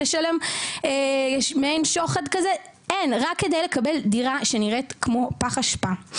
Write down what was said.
לשלם מעין שוחד כזה וכל זה רק לקבל דירה שנראית כמו איזה פח אשפה,